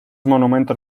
monumentos